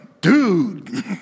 dude